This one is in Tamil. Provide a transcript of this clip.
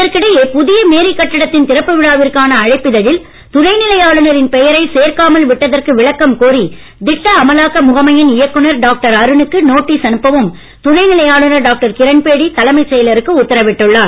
இதற்கிடையே புதிய மேரி கட்டிடத்தின் திறப்பு விழாவிற்கான அழைப்பு இதழில் துணைநிலை ஆளுநரின் பெயரை சேர்க்காமல் விட்டதற்கு விளக்கம் கோரி திட்ட அமலாக்க முகமையின் இயக்குநர் டாக்டர் அருணுக்கு நோட்டிஸ் அனுப்பவும் துணைநிலை ஆளுநர் டாக்டர் கிரண்பேடி தலைமைச் செயலருக்கு உத்தரவிட்டுள்ளார்